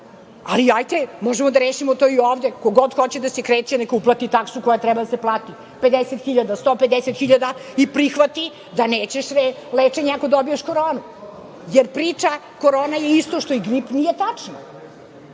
Ali, hajde možemo da rešimo to i ovde, ko god hoće da se kreće neka uplati taksu koja treba da se plati – 50.000, 150.000 i prihvati da nećeš lečenje ako dobiješ koronu. Jer priča - Korona je isto što i grip, nije tačno!